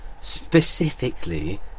specifically